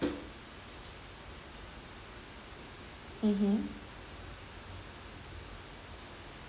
mmhmm